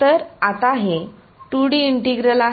तर आता हे 2 डी इंटिग्रल आहे